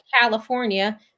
California